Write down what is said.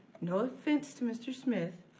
no offense to mr. smith,